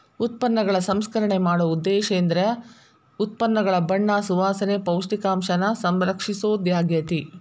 ಉತ್ಪನ್ನಗಳ ಸಂಸ್ಕರಣೆ ಮಾಡೊ ಉದ್ದೇಶೇಂದ್ರ ಉತ್ಪನ್ನಗಳ ಬಣ್ಣ ಸುವಾಸನೆ, ಪೌಷ್ಟಿಕಾಂಶನ ಸಂರಕ್ಷಿಸೊದಾಗ್ಯಾತಿ